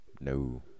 No